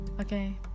okay